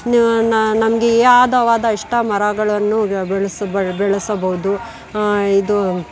ನ ನ ನಮಗೆ ಯಾವ್ದವಾದ ಇಷ್ಟ ಮರಗಳನ್ನು ಬೆಳೆಸ ಬೆಳೆ ಬೆಳೆಸಬೌದು ಇದು